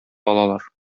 алалар